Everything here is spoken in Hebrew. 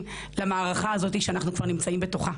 למערכה הזאת שאנחנו כבר נמצאים בתוכה.